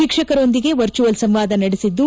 ಶಿಕ್ಷಕರೊಂದಿಗೆ virtual ಸಂವಾದ ನಡೆಸಿದ್ಲು